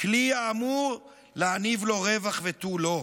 כלי האמור להניב לו רווח ותו לא.